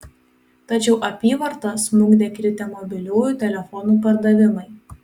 tačiau apyvartą smukdė kritę mobiliųjų telefonų pardavimai